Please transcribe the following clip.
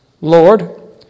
Lord